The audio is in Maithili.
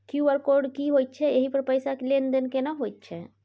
क्यू.आर कोड की होयत छै एहि पर पैसा के लेन देन केना होयत छै?